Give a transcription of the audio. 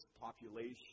population